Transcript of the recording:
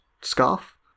scarf